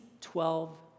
twelve